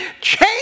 Change